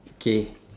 K